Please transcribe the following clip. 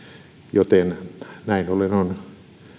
joten näin ollen on